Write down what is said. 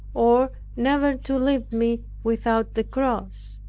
or never to leave me without the cross.